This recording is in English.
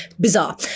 Bizarre